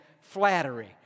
flattery